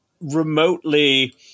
remotely